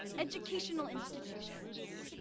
educational institutions.